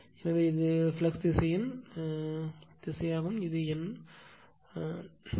எனவேஇது ஃப்ளக்ஸ் திசையின் திசையாகும் இது N முறை